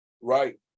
right